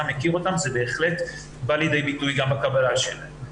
מכיר אותם זה בהחלט בא לידי ביטוי גם בקבלה שלהן.